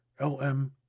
Lm